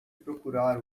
procurar